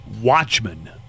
Watchmen